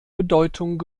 bedeutung